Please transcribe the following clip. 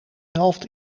helft